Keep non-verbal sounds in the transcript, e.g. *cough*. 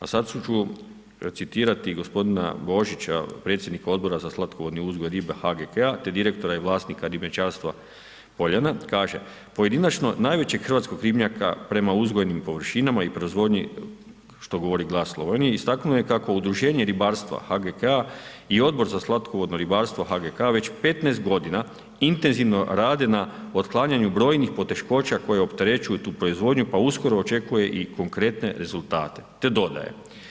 A sada ću recitirati gospodina Božića, predsjednika Odbora za slatkovodni uzgoj ribe HGK-a te direktora i vlasnika ribničarstva Poljana, kaže: Pojedinačno najvećeg ribnjaka prema uzgojnim površinama i proizvodnji, što govori Glas ... *unintelligible* istaknuo je kako udruženje ribarstva HGK-a i Odbor za slatkovodno ribarstvo HGK već 15 godina intenzivno radi na otklanjanju brojnih poteškoća koje opterećuju tu proizvodnju pa uskoro očekuje i konkretne rezultate te dodaje.